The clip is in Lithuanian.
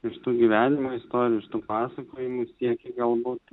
ir tų gyvenimo istorijų pasakojimų siekį galbūt